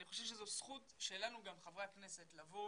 אני חושב שזו גם זכות שלנו חברי הכנסת לבוא